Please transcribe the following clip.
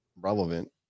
relevant